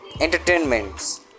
entertainments